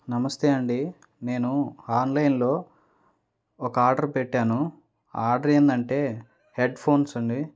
నమస్తే అండి నేను ఆన్లైన్లో ఒక ఆర్డర్ పెట్టాను ఆ ఆర్డర్ ఏందంటే హెడ్ఫోన్స్ అండి